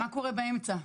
מה קורה באמצע,